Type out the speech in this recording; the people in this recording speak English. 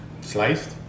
Sliced